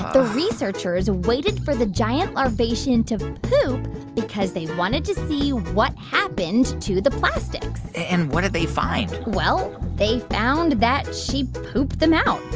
the researchers waited for the giant larvacean to poop because they wanted to see what happened to the plastics and what did they find? well, they found that she pooped them out.